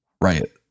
right